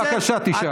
בבקשה, תשאל.